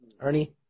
Ernie